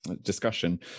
discussion